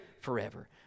forever